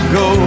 go